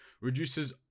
reduces